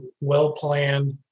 well-planned